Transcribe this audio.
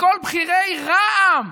וכל בכירי רע"מ,